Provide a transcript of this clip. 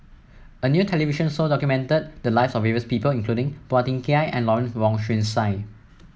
a new television show documented the lives of various people including Phua Thin Kiay and Lawrence Wong Shyun Tsai